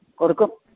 കൊടുക്കും